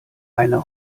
eine